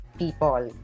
people